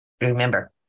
Remember